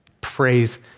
Praise